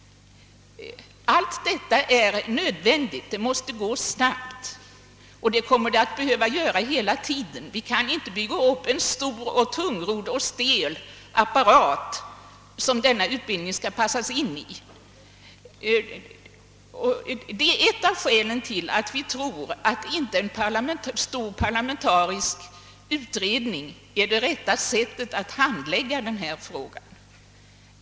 Allt detta är nödvändigt. Det måste hela tiden gå snabbt. Vi kan inte bygga upp en stor, tungrodd och stel apparat, som denna utbildning skall passas in i. Detta är ett av skälen till att vi tror att en stor parlamentarisk utredning inte är det rätta sättet att handlägga denna fråga.